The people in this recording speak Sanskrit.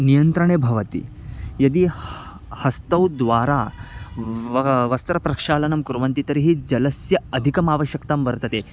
नियन्त्रणे भवति यदि ह हस्तौद्वारा वस्त्रप्रक्षालनं कुर्वन्ति तर्हि जलस्य अधिकम् आवश्यकता वर्तते